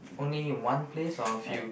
only one place or a few